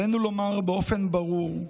עלינו לומר באופן ברור: